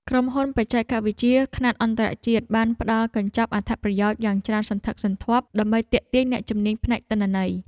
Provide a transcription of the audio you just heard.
ក្រុមហ៊ុនបច្ចេកវិទ្យាខ្នាតអន្តរជាតិបានផ្តល់កញ្ចប់អត្ថប្រយោជន៍យ៉ាងច្រើនសន្ធឹកសន្ធាប់ដើម្បីទាក់ទាញអ្នកជំនាញផ្នែកទិន្នន័យ។